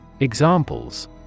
Examples